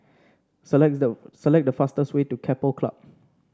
select the select the fastest way to Keppel Club